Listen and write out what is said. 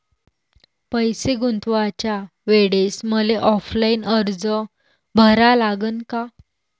पैसे गुंतवाच्या वेळेसं मले ऑफलाईन अर्ज भरा लागन का?